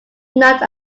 not